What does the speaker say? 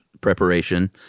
preparation